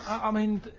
i mean,